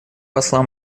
посла